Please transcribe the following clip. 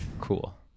Cool